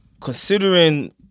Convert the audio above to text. considering